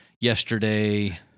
yesterday